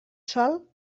sol